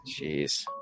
Jeez